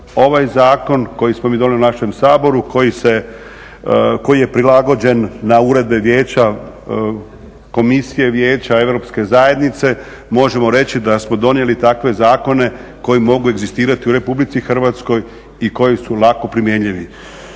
ovaj zakon koji smo mi donijeli u našem Saboru, koji je prilagođen na uredbe Vijeća, Komisije Vijeća, europske zajednice, možemo reći da smo donijeli takve zakone koji mogu egzistirati u Republici Hrvatskoj i koji su lako primjenjivi.